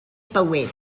bywyd